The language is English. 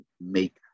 make